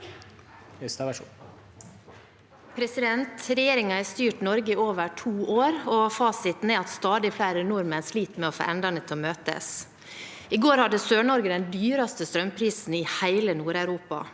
Regjeringen har styrt Norge i over to år, og fasiten er at stadig flere nordmenn sliter med å få endene til møtes. I går hadde SørNorge den dyreste strømmen i hele Nord-Europa.